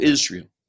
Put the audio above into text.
Israel